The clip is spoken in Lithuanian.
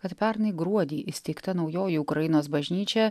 kad pernai gruodį įsteigta naujoji ukrainos bažnyčia